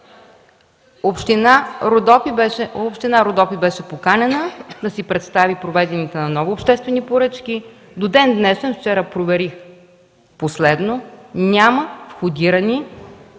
Община Родопи беше поканена да представи провеждане на нови обществени поръчки. До ден днешен – вчера проверих последно, няма вече